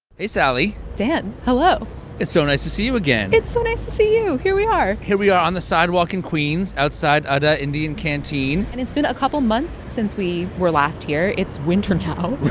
sally dan, hello it's so nice to see you again it's so nice to see you. here we are here we are on the sidewalk in queens, outside adda indian canteen and it's been a couple months since we were last here. it's winter now